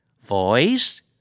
Voice